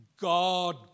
God